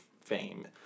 fame